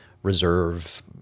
reserve